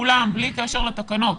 כולם, בלי קשר לתקנות.